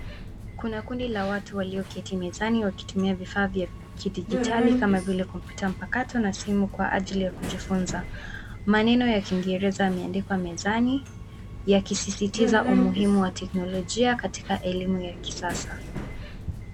Kuna kundi la watu walioketi mezani wakitumia vifaa vya kidijitali kama vile kompyuta mpakato na simu kwa ajili ya kujifunza. Maneno ya kingereza yameandikwa mezani yakisisitiza umuhimu wa teknolojia katika elimu ya kisasa.